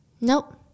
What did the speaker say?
Nope